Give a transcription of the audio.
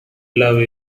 love